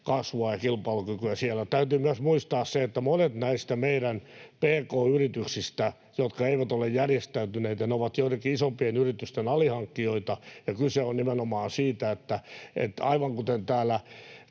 kasvua ja kilpailukykyä siellä. Täytyy myös muistaa se, että monet näistä meidän pk-yrityksistä, jotka eivät ole järjestäytyneitä, ovat joidenkin isompien yritysten alihankkijoita. Kyse on nimenomaan siitä — aivan kuten täällä